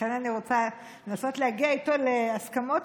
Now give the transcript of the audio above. לכן אני רוצה לנסות להגיע איתו להסכמות,